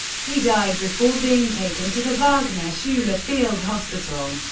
he died before being taken to the wagner-schule field hospital.